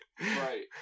Right